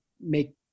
make